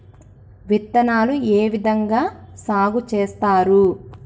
విత్తనాలు ఏ విధంగా సాగు చేస్తారు?